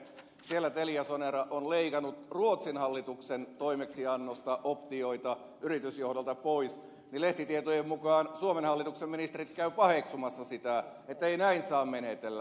kun siellä teliasonera on leikannut ruotsin hallituksen toimeksiannosta optioita yritysjohdolta pois niin lehtitietojen mukaan suomen hallituksen ministerit käyvät paheksumassa sitä että ei näin saa menetellä